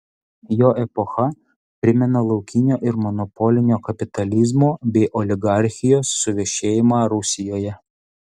jo epocha primena laukinio ir monopolinio kapitalizmo bei oligarchijos suvešėjimą rusijoje